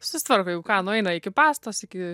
susitvarko jeigu ką nueina iki pastos iki